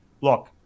Look